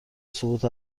سقوط